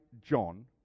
John